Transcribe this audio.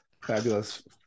fabulous